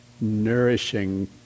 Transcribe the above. nourishing